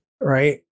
right